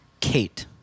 Kate